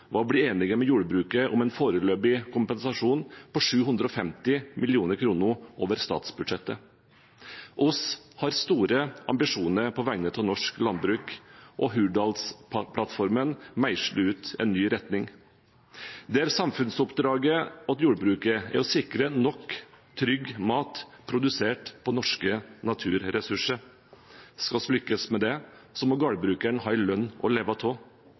å bli enige med jordbruket om en foreløpig kompensasjon på 750 mill. kr over statsbudsjettet. Vi har store ambisjoner på vegne av norsk landbruk, og Hurdalsplattformen meisler ut en ny retning, der samfunnsoppdraget til jordbruket er å sikre nok trygg mat produsert på norske naturressurser. Skal vi lykkes med det, må gårdbrukeren ha en lønn å leve av.